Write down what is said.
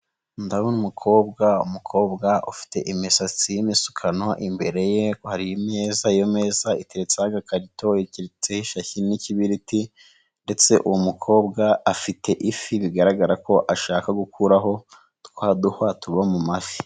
Ndabona umukobwa umukobwa ufite imisatsi y'imisukano imbere ye hari ameeza meza iteretseho ikarito n'ikibiriti, ndetse uwo mukobwa afite ifi bigaragara ko ashaka gukuraho twa duhwa tuba mu mafi.